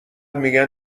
میگن